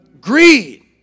greed